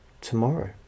tomorrow